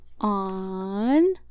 on